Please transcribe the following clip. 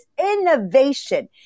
innovation